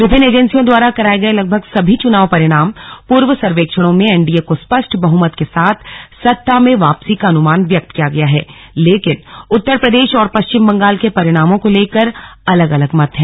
विभिन्न एंजेसियों द्वारा कराए गए लगभग सभी चुनाव परिणाम पूर्व सर्वेक्षणों में एनडीए के स्पष्ट बहुमत के साथ सत्ता में वापसी का अनुमान व्यक्त किया गया है लेकिन उत्तर प्रदेश और पश्चिम बंगाल के परिणामों को लेकर अलग अलग मत हैं